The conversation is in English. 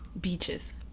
Beaches